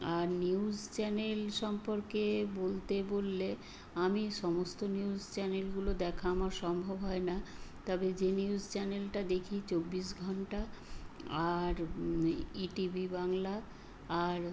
আর news channel সম্পর্কে বলতে বললে আমি সমস্ত নিউজ চ্যানেলগুলো দেখা আমার সম্ভব হয় না তবে যে নিউজ চ্যানেলটা দেখি চব্বিশ ঘন্টা আর ই টিভি বাংলা আর